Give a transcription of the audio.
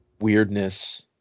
weirdness